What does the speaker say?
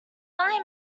only